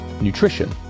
nutrition